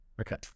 Okay